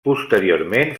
posteriorment